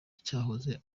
cyahoze